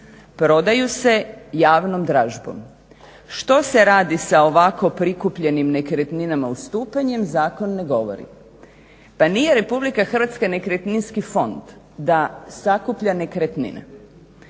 Prodaju se javnom dražbom. Što se radi sa ovako prikupljenim nekretninama ustupanjem, zakon ne govori. Pa nije RH nekretninski fond da sakuplja nekretnine